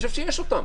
אני חושב שיש אותם.